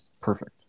Perfect